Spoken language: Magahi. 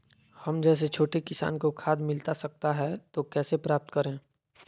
हम जैसे छोटे किसान को खाद मिलता सकता है तो कैसे प्राप्त करें?